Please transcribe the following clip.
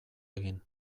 egin